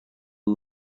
این